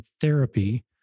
therapy